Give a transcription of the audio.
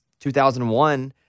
2001